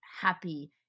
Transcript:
happy